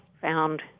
found